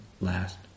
last